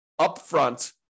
upfront